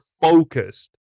focused